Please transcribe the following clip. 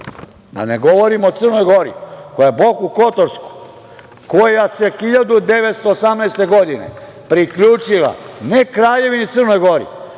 ne govorim o Crnoj Gori, koja je Boku kotorsku, koja se 1918. godine priključila ne Kraljevini Crnoj Gori,